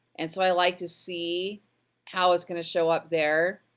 and so, i like to see how it's gonna show up there.